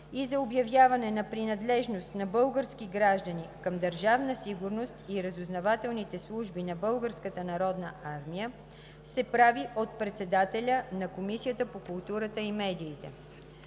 и за обявяване на принадлежност на български граждани към Държавна сигурност и разузнавателните служби на Българската народна армия се прави от председателя на Комисията по културата и медиите.